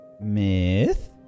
Myth